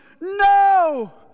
no